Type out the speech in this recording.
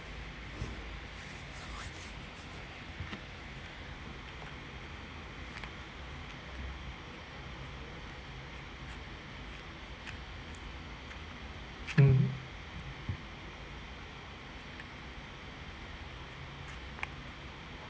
mm